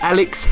Alex